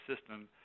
system